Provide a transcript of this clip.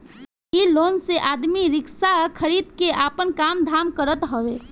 इ लोन से आदमी रिक्शा खरीद के आपन काम धाम करत हवे